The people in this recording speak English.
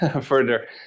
further